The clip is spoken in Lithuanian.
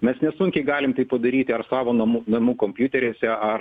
mes nesunkiai galim tai padaryti ar savo namų namų kompiuteriuose ar